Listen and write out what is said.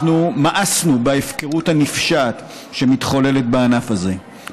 אנחנו מאסנו בהפקרות הנפשעת שמתחוללת בענף הזה,